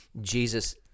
Jesus